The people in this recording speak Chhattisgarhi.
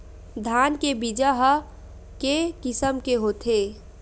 धान के बीजा ह के किसम के होथे?